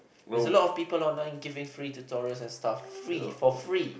there's a lot of people online giving free tutorials and stuff free for free